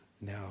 now